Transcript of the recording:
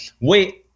wait